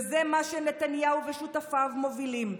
וזה מה שנתניהו ושותפיו מובילים,